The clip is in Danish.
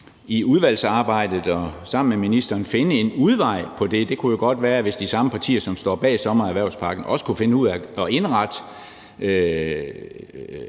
i udvalgsarbejdet og sammen med ministeren kunne finde en udvej på det. Det kunne jo godt være, hvis de samme partier, som står bag sommererhvervspakken, også kunne finde ud af at indrette